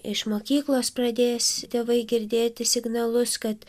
iš mokyklos pradės tėvai girdėti signalus kad